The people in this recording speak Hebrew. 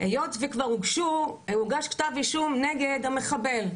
היות וכבר הוגש כתב אישום נגד המחבל,